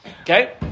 Okay